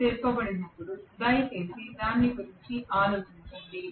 తిప్పబడినప్పుడు దయచేసి దాని గురించి ఆలోచించండి